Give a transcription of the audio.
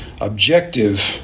objective